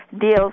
deals